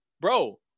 bro